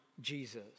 Jesus